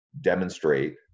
demonstrate